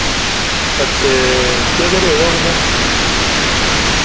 ते केह् केह् रेट होग उं'दा